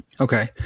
Okay